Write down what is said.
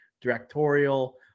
directorial